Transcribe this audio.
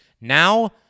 now